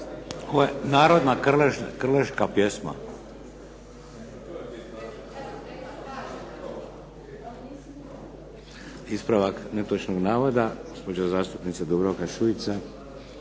narodna Krležina pjesma. Ispravak netočnog navoda gospođa zastupnica Dubravka Šuica.